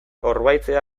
orbaintzea